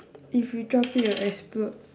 if you drop it it'll explode